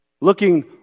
Looking